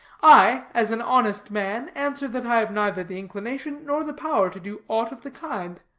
i, as an honest man, answer that i have neither the inclination nor the power to do aught of the kind.